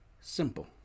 simple